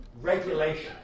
regulation